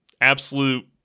absolute